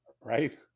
Right